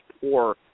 poor